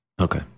okay